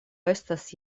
estas